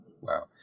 Wow